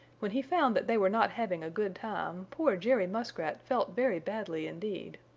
when he found that they were not having a good time, poor jerry muskrat felt very badly indeed.